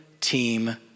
team